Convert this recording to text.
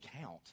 count